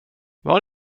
var